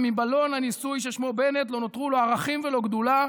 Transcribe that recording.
ומבלון הניסוי ששמו בנט לא נותרו לא ערכים ולא גדולה,